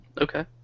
Okay